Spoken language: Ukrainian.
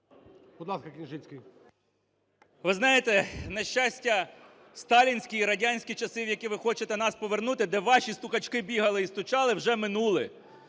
Ви знаєте, на щастя, сталінські і радянські часи, в які ви хочете нас повернути, де ваші "стукачки" бігали і "стучали", вже минули,